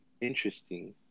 interesting